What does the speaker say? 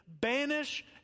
banish